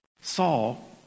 Saul